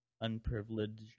unprivileged